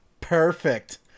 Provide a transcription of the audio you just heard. Perfect